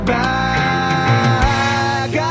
back